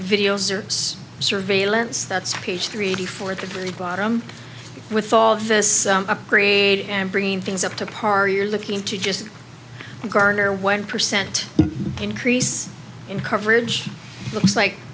video surveillance that's page three eighty four to the bottom with all of this upgrade and bringing things up to par you're looking to just garner one percent increase in coverage looks like